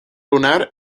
lunar